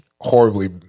horribly